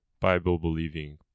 Bible-believing